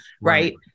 right